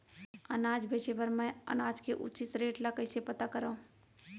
अनाज बेचे बर मैं अनाज के उचित रेट ल कइसे पता करो?